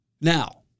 Now